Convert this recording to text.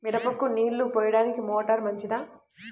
మిరపకు నీళ్ళు పోయడానికి మోటారు మంచిదా?